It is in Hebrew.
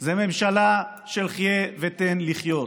זה ממשלה של חיה ותן לחיות,